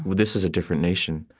this is a different nation.